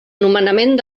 nomenament